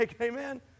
Amen